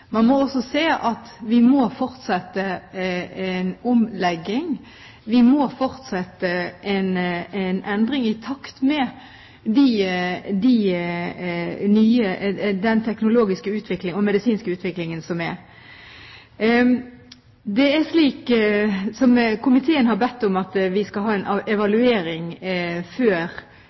Man må også se at vi må fortsette en omlegging, vi må fortsette en endring i takt med den teknologiske og medisinske utviklingen som er. Det er slik, som komiteen har bedt om, at vi skal ha en evaluering før